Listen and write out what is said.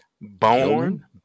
born